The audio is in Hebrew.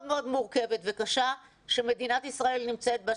מאוד מורכבת וקשה שמדינת ישראל נמצאת בה,